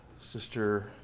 sister